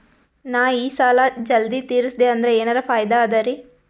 ನಾ ಈ ಸಾಲಾ ಜಲ್ದಿ ತಿರಸ್ದೆ ಅಂದ್ರ ಎನರ ಫಾಯಿದಾ ಅದರಿ?